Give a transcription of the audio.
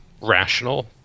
rational